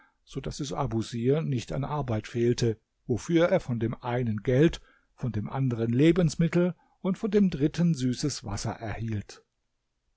so daß es abusir nicht an arbeit fehlte wofür er von dem einen geld von dem anderen lebensmittel und von dem dritten süßes wasser erhielt